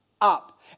up